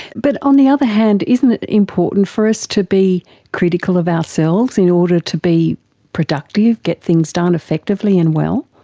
but on the other hand isn't it important for us to be critical of ourselves in order to be productive, get things done effectively and well?